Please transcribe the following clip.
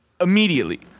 immediately